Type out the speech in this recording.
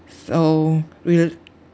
so really